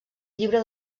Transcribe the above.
llibre